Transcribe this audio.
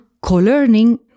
co-learning